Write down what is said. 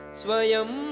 swayam